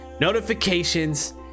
notifications